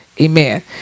Amen